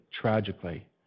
tragically